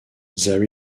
there